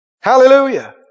Hallelujah